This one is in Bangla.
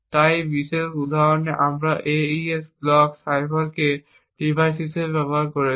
তাই এই বিশেষ উদাহরণে তারা AES ব্লক সাইফারকে ডিভাইস হিসাবে ব্যবহার করেছে